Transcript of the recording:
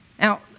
Now